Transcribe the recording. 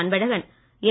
Anbazhagan என்